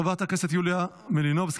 חברת הכנסת יוליה מלינובסקי,